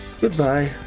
Goodbye